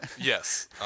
Yes